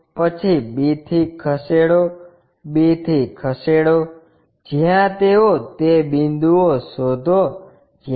પછી b થી ખસેડો b થી ખસેડો જ્યાં તેઓ તે બિંદુઓ શોધો જ્યાં